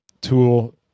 tool